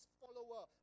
follower